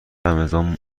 رمضان